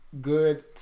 good